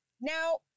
Now